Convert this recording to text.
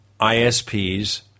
ISPs